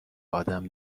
آدم